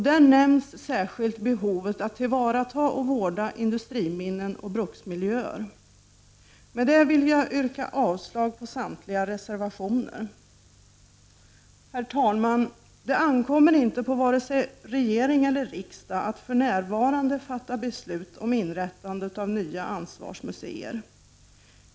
Där nämns särskilt behovet att tillvarata och vårda industriminnen och bruksmiljöer. Med det vill jag yrka avslag på samtliga reservationer. Herr talman! Det ankommer inte på vare sig regering eller riksdag att för närvarande fatta beslut om inrättande av nya ansvarsmuseer.